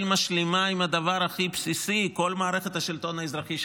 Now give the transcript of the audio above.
משלימה עם הדבר הכי בסיסי: כל מערכת השלטון האזרחי,